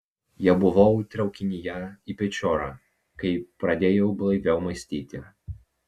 jau buvau traukinyje į pečiorą kai pradėjau blaiviau mąstyti